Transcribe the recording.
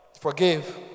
Forgive